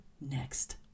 next